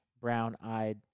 Brown-Eyed